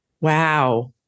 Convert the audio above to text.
Wow